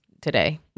today